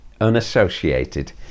unassociated